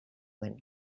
went